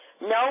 No